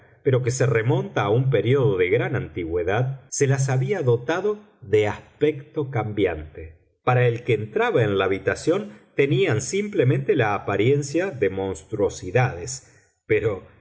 pero que se remonta a un período de gran antigüedad se las había dotado de aspecto cambiante para el que entraba en la habitación tenían simplemente la apariencia de monstruosidades pero